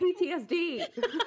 PTSD